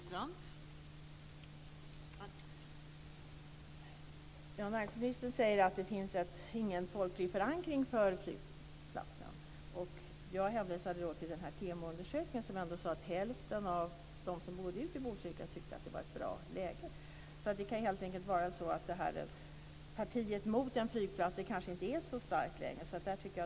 Fru talman! Näringsministern säger att det inte finns någon folklig förankring för flygplatsen. Jag hänvisade till den TEMO-undersökning som visade att hälften av dem som bor ute i Botkyrka tyckte att det var ett bra läge. Det kan helt enkelt vara så att partiet som är mot flygplatsen kanske inte är så starkt längre.